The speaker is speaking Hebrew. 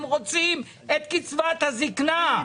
הם רוצים את קצבת הזקנה.